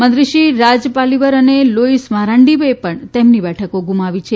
મંત્રીશ્રી રા પાલીવર અને લોઇસ મારંડીએ પણ તેમની બેઠકો ગુમાવી છે